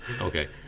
Okay